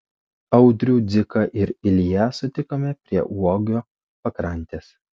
audrių dziką ir ilją sutikome prie uogio pakrantės